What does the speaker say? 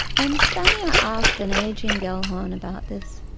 when spanier asked an ageing gellhorn about this,